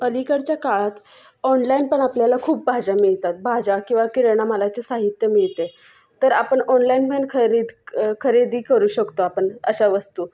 अलीकडच्या काळात ऑनलाईन पण आपल्याला खूप भाज्या मिळतात भाज्या किंवा किराणा मालाचे साहित्य मिळते तर आपण ऑनलाईन पण खरिद क खरेदी करू शकतो आपण अशा वस्तू